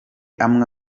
amwe